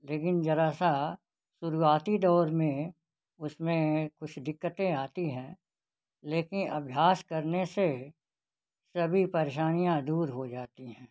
लेकिन जरा सा शुरुआती दौर में उसमें कुछ दिक्कतें आती हैं लेकिन अभ्यास करने से सभी परेशानियाँ दूर हो जाती हैं